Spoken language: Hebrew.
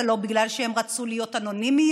זה לא בגלל שהן רצו להיות אנונימיות,